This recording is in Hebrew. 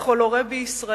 וכל הורה בישראל,